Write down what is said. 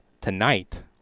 tonight